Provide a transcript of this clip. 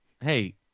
Hey